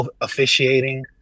officiating